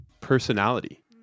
personality